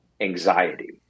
anxiety